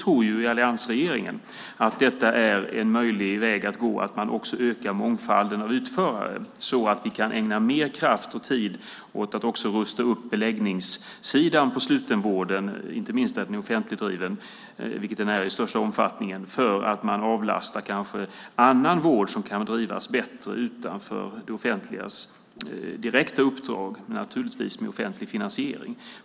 Vi från alliansregeringens sida tror att det är en möjlig väg att gå att också öka mångfalden av utförare så att vi kan ägna mer kraft och tid åt att rusta upp beläggningssidan inom slutenvården, inte minst där den är offentligdriven vilket den är till största delen, för att kanske avlasta annan vård som kan drivas bättre utanför det offentligas direkta uppdrag, naturligtvis med offentlig finansiering.